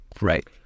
Right